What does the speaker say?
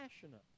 passionate